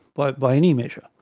but by any measure,